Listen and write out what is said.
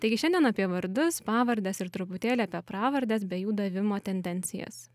taigi šiandien apie vardus pavardes ir truputėlį apie pravardes bei jų davimo tendencijas